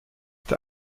der